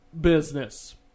business